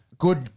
Good